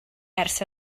ers